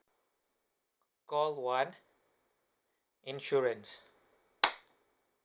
call one insurance